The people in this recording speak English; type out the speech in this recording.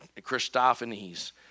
Christophanies